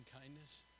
kindness